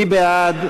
מי בעד?